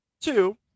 Two